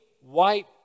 white